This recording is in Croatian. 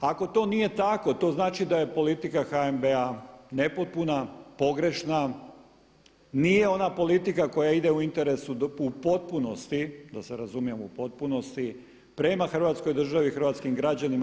Ako to nije tako, to znači da je politika HNB-a nepotpuna, pogrešna, nije ona politika koja ide u interesu u potpunosti, da se razumijemo u potpunosti prema Hrvatskoj državi i hrvatskim građanima.